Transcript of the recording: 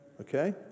Okay